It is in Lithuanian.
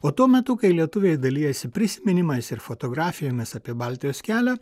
o tuo metu kai lietuviai dalijasi prisiminimais ir fotografijomis apie baltijos kelią